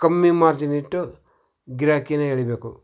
ಕಮ್ಮಿ ಮಾರ್ಜಿನ್ ಇಟ್ಟು ಗಿರಾಕಿಯನ್ನು ಎಳೀಬೇಕು